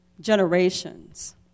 generations